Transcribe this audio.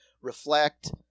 reflect